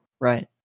Right